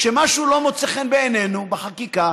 כשמשהו לא מוצא חן בעינינו בחקיקה,